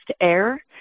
air